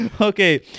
Okay